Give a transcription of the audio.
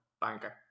banker